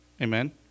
Amen